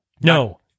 No